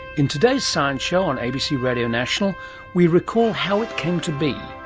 in today's science show on abc radio national we recall how it came to be,